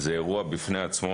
זה אירוע בפני עצמו